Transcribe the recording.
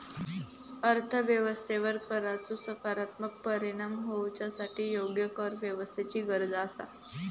अर्थ व्यवस्थेवर कराचो सकारात्मक परिणाम होवच्यासाठी योग्य करव्यवस्थेची गरज आसा